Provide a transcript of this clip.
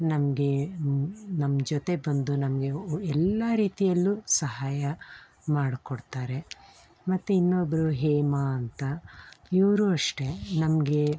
ನಮಗೆ ನಮ್ಮ ಜೊತೆ ಬಂದು ನಮಗೆ ಎಲ್ಲ ರೀತಿಯಲ್ಲೂ ಸಹಾಯ ಮಾಡಿಕೊಡ್ತಾರೆ ಮತ್ತು ಇನ್ನೊಬ್ಬರು ಹೇಮಾ ಅಂತ ಇವರೂ ಅಷ್ಟೇ ನಮಗೆ